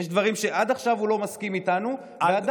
יש דברים שעד עכשיו הוא לא מסכים איתנו ועדיין,